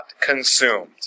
consumed